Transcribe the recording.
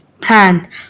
plan